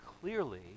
clearly